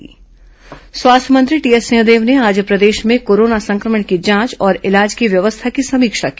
स्वास्थ्य मंत्री समीक्षा स्वास्थ्य मंत्री टीएस सिंहदेव ने आज प्रदेश में कोरोना संक्रमण की जांच और इलाज की व्यवस्था की समीक्षा की